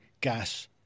gas